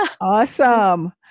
Awesome